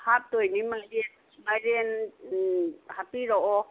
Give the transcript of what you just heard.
ꯍꯥꯞꯇꯣꯏꯅꯦ ꯃꯥꯏꯔꯦꯟ ꯃꯥꯏꯔꯦꯟ ꯍꯥꯞꯄꯤꯔꯛꯑꯣ